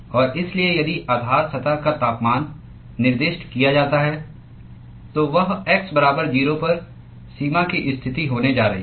और इसलिए यदि आधार सतह का तापमान निर्दिष्ट किया जाता है तो वह x बराबर 0 पर सीमा की स्थिति होने जा रही है